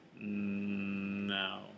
No